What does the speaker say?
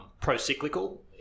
pro-cyclical